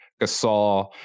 Gasol